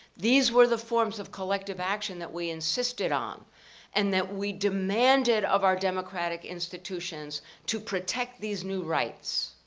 these were the forms of collective action that we insisted on and that we demanded of our democratic institutions to protect these new rights.